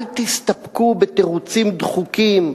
אל תסתפקו בתירוצים דחוקים,